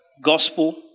gospel